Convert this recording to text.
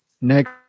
next